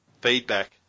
feedback